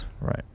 Right